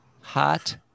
Hot